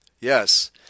Yes